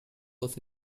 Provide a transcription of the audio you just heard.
was